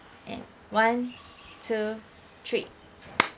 and one two three